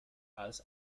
als